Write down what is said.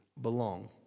belong